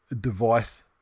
device